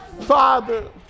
Father